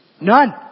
None